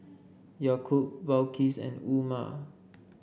Yaakob Balqis and Umar